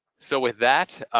so with that,